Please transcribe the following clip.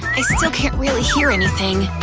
i still can't really hear anything!